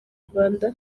rwanda